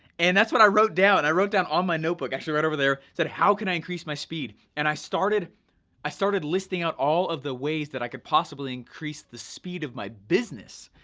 and that's what i wrote down, i wrote down on my notebook, actually right over there, said how can i increase my speed? and i started i started listing out all of the ways that i could possibly increase the speed of my business.